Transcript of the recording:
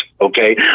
okay